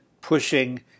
pushing